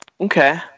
Okay